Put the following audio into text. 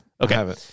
Okay